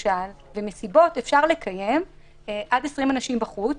לוויות ובריתות אפשר לקיים עד 20 אנשים בחוץ,